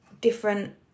different